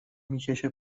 میکشه